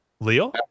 Leo